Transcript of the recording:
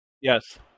yes